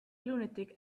lunatic